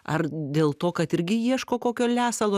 ar dėl to kad irgi ieško kokio lesalo